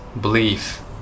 belief